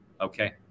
Okay